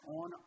on